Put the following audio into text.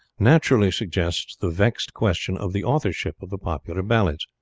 naturally suggests the vexed question of the author ship of the popular ballads.